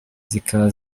zikaba